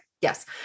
Yes